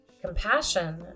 compassion